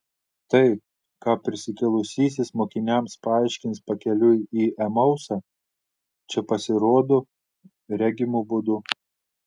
tai ką prisikėlusysis mokiniams paaiškins pakeliui į emausą čia pasirodo regimu būdu